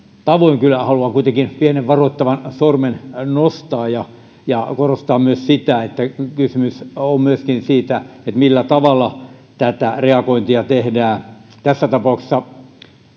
tavoin kyllä haluan kuitenkin pienen varoittavan sormen nostaa ja ja korostaa sitä että kysymys on myöskin siitä millä tavalla tätä reagointia tehdään tässä tapauksessa